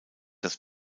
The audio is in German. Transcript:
das